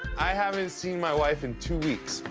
i haven't seen my wife in two weeks.